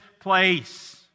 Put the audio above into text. place